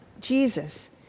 Jesus